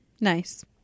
Nice